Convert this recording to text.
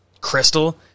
Crystal